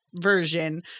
version